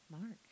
Mark